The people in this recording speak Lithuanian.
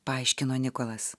paaiškino nikolas